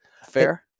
fair